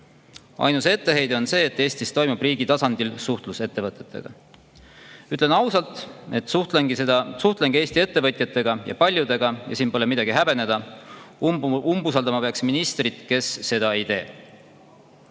Ainus etteheide on see, et Eestis toimub riigi tasandil suhtlus ettevõtetega. Ütlen ausalt, et suhtlengi Eesti ettevõtjatega, ja paljudega. Siin pole midagi häbeneda. Umbusaldama peaks ministrit, kes seda ei tee.